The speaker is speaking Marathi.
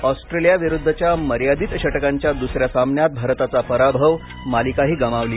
ऑस्ट्रेलियाविरुद्धच्या मर्यादित षटकांच्या दुस या सामन्यात भारताचा पराभव मालिकाही गमावली